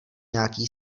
nějaký